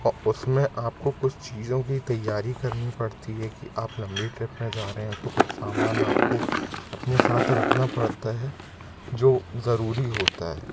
और उसमें आपको कुछ चीज़ों की तैयारी करनी पड़ती है कि आप लंबी ट्रिप में जा रहे हैं तो कुछ सामान आपको अपने साथ रखना पड़ता है जो ज़रूरी होता है